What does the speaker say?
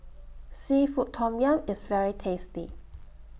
Seafood Tom Yum IS very tasty